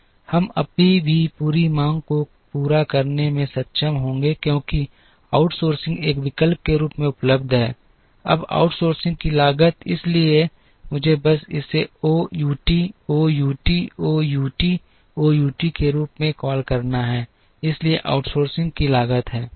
हम अभी भी पूरी मांग को पूरा करने में सक्षम होंगे क्योंकि आउटसोर्सिंग एक विकल्प के रूप में उपलब्ध है अब आउटसोर्सिंग की लागत है इसलिए मुझे बस इसे O U T O U T O U T O U T के रूप में कॉल करना है इसलिए आउटसोर्सिंग की लागत है